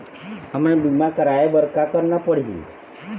हमन बीमा कराये बर का करना पड़ही?